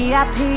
Vip